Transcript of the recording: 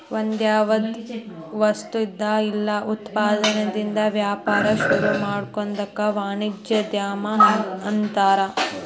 ಒಂದ್ಯಾವ್ದರ ವಸ್ತುಇಂದಾ ಇಲ್ಲಾ ಉತ್ಪನ್ನದಿಂದಾ ವ್ಯಾಪಾರ ಶುರುಮಾಡೊದಕ್ಕ ವಾಣಿಜ್ಯೊದ್ಯಮ ಅನ್ತಾರ